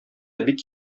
бик